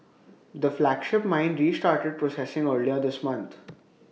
the flagship mine restarted processing earlier this month